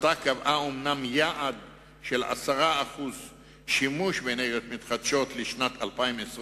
אומנם בהחלטה נקבע יעד של 10% שימוש באנרגיות מתחדשות לשנת 2020,